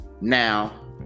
Now